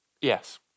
Yes